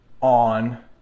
on